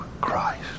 Christ